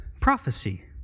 prophecy